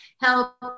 help